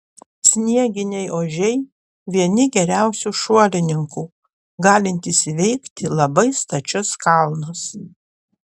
snieginiai ožiai vieni geriausių šuolininkų galintys įveikti labai stačius kalnus